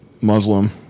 Muslim